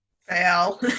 Fail